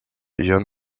ion